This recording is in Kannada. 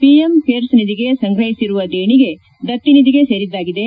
ಪಿಎಂ ಕೇರ್ಸ್ ನಿಧಿಗೆ ಸಂಗ್ರಹಿಸಿರುವ ದೇಣಿಗೆ ದತ್ತಿ ನಿಧಿಗೆ ಸೇರಿದ್ದಾಗಿದೆ